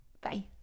Bye